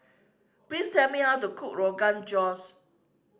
please tell me how to cook Rogan Josh